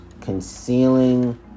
Concealing